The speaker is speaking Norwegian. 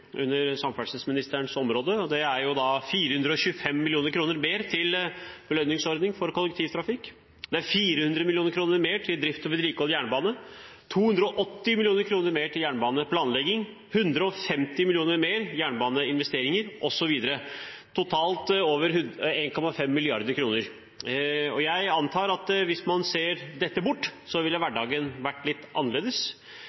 under samferdselsministeren. Det er 425 mill. kr mer til belønningsordningen for kollektivtrafikk, 400 mill. kr mer til drift og vedlikehold av jernbanen, 280 mill. kr mer til jernbaneplanlegging, 150 mill. kr mer til jernbaneinvesteringer osv. – totalt over 1,5 mrd. kr. Jeg antar at hvis man tar dette bort, ville